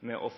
med å